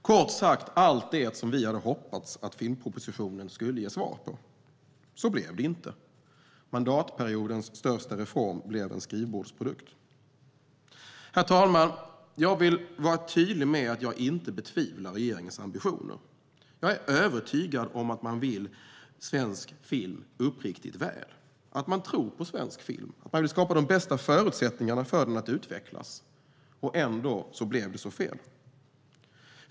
Kort sagt var det allt det som vi hade hoppats att filmpropositionen skulle ge svar på. Så blev det inte. Mandatperiodens största reform blev en skrivbordsprodukt. Herr talman! Jag vill vara tydlig med att jag inte betvivlar regeringens ambitioner. Jag är övertygad om att man vill svensk film uppriktigt väl, att man tror på svensk film och att man vill skapa de bästa förutsättningarna för den att utvecklas. Ändå blev det så fel.